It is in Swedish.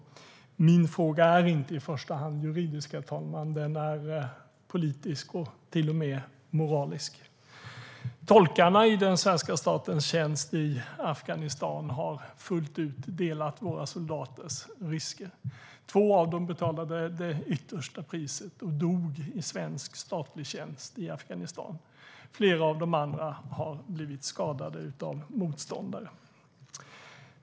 Min fråga är inte i första hand juridisk, herr talman, utan den är politisk och till och med moralisk. Tolkarna i den svenska statens tjänst i Afghanistan har fullt ut delat våra soldaters risker. Två av dem betalade det yttersta priset och dog i svensk statlig tjänst i Afghanistan. Flera av de andra har blivit skadade av motståndare.